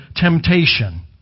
temptation